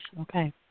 Okay